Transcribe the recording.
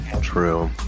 True